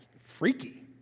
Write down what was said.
Freaky